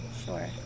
sure